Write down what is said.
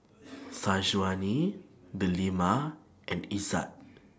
Syazwani Delima and Izzat